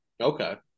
Okay